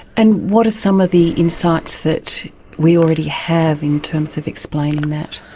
and what are some of the insights that we already have in terms of explaining that?